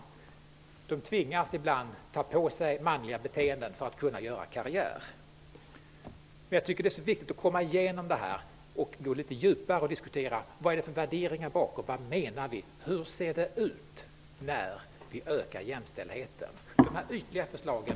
De tvingas ibland ta på sig manliga beteenden för att kunna göra karriär. Jag tycker att det är viktigt att gå litet djupare och diskutera vilka värderingar som ligger bakom vårt beteende och vad vi menar. Hur ser det ut när vi ökar jämställdheten? Jag köper inte de ytliga förslagen.